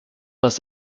was